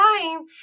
time